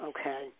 okay